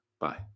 Bye